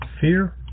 fear